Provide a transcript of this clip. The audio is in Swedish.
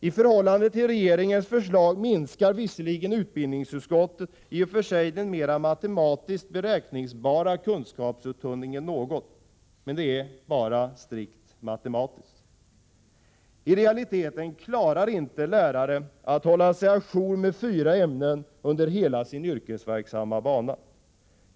I förhållande till regeringens förslag minskar visserligen utbildningsutskottet i och för sig den mera matematiskt beräkningsbara kunskapsuttunningen något. Men det är bara strikt matematiskt. I realiteten klarar inte lärare att hålla sig å jour med fyra ämnen under hela sin yrkesverksamma bana.